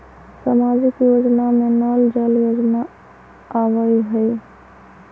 सामाजिक योजना में नल जल योजना आवहई?